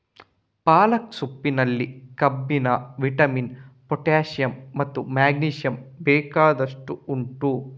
ಪಾಲಕ್ ಸೊಪ್ಪಿನಲ್ಲಿ ಕಬ್ಬಿಣ, vitamin, potassium ಮತ್ತು ಮೆಗ್ನೀಸಿಯಮ್ ಬೇಕಷ್ಟು ಉಂಟು